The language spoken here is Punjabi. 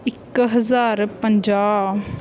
ਇੱਕ ਹਜ਼ਾਰ ਪੰਜਾਹ